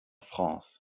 france